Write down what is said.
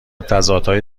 تضادهای